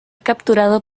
capturado